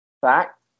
fact